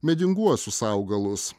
medinguosius augalus